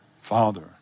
father